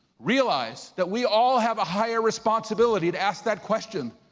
realize that we all have a higher responsibility to ask that question.